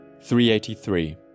383